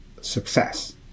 success